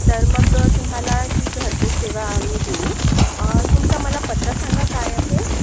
तर मग तुम्हाला ही घरपोच सेवा आम्ही देऊ तुमचा मला पत्ता सांगा काय आहे